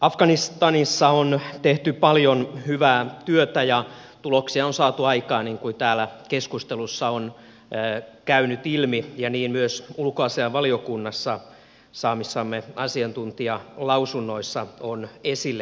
afganistanissa on tehty paljon hyvää työtä ja tuloksia on saatu aikaan niin kuin täällä keskustelussa on käynyt ilmi ja myös ulkoasiainvaliokunnassa saamistamme asiantuntijalausunnoista on esille käynyt